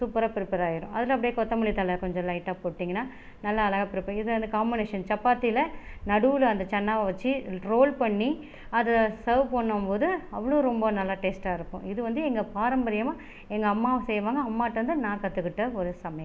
சூப்பராக ப்ரிப்பராக ஆகிடும் அதில் அப்படியே கொத்தமல்லி தல கொஞ்சம் லைட்டா போட்டிங்கபினா நல்லா அழகாக ப்ரிப்பர் இதை அந்த காம்பனிசன் சப்பாத்தில நடுவில் அந்த சன்னாவ வச்சி ரோல் பண்ணி அதை செர்வ் பண்ணும்போது அவ்வளோ ரொம்ப நல்லா டேஸ்ட்டா இருக்கும் இது வந்து எங்கள் பாரம்பரியமா எங்கள் அம்மா செய்வாங்கள் அம்மாட்டேந்து நான் கற்றுக்கிட்ட ஒரு சமையல்